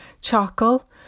charcoal